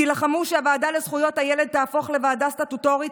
תילחמו שהוועדה לזכויות הילד תהפוך לוועדה סטטוטורית,